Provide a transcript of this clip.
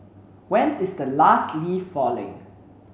when is the last leaf falling